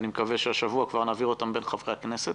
אני מקווה שהשבוע כבר נעביר אותן בין חברי הכנסת.